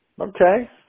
Okay